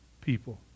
people